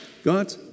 God